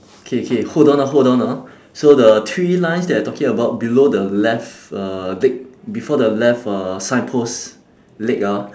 okay okay hold on ah hold on ah so the three lines that you're talking about below the left uh leg before the left uh signpost leg ah